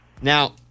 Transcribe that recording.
Now